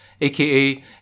aka